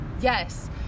Yes